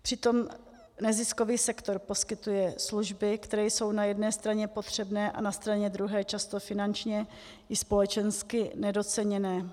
Přitom neziskový sektor poskytuje služby, které jsou na jedné straně potřebné a na straně druhé často finančně i společensky nedoceněné.